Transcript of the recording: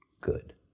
good